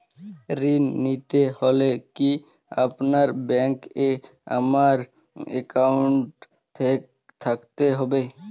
ঋণ নিতে হলে কি আপনার ব্যাংক এ আমার অ্যাকাউন্ট থাকতে হবে?